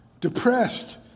depressed